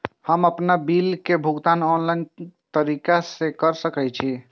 हम आपन बिल के भुगतान ऑनलाइन तरीका से कर सके छी?